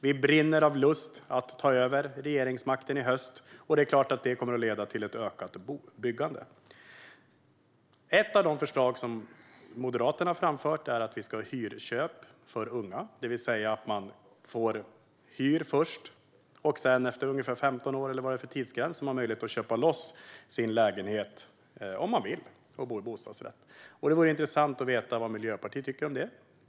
Vi brinner av lust att ta över regeringsmakten i höst, och det är klart att det kommer att leda till ökat byggande. Ett av de förslag som Moderaterna framfört är att vi ska ha hyrköp för unga, det vill säga att man först hyr och sedan efter ungefär 15 år eller vad det blir för tidsgräns har möjlighet att köpa loss sin lägenhet - om man vill - och bo i bostadsrätt. Det vore intressant att veta vad Miljöpartiet tycker om det.